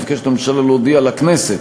מבקשת הממשלה להודיע לכנסת